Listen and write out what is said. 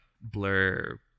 blur